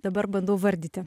dabar bandau vardyti